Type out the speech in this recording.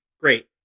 Great